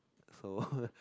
so